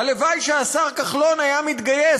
הלוואי שהשר כחלון היה מתגייס,